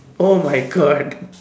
oh my god